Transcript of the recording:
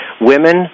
Women